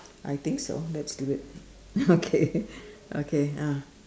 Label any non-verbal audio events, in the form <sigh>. I think so let's do it <laughs> okay okay ah